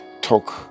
talk